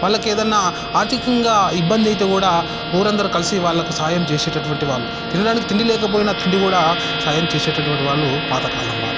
వాళ్ళకు ఏదన్నా ఆర్థికంగా ఇబ్బంది అయితే కూడా ఊరందరు కలిసి వాళ్లకి సాయం చేసేటటువంటి వాళ్ళు తినడానికి తిండి లేకపోయినా తిండి కూడా సాయం చేసేటటువంటి వాళ్ళు పాత కాలం వాళ్ళు